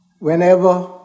Whenever